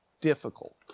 difficult